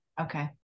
Okay